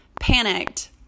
panicked